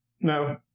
No